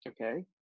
Okay